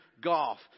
golf